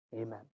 Amen